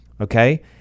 okay